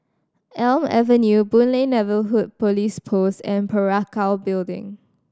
Elm Avenue Boon Lay Neighbourhood Police Post and Parakou Building